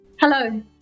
hello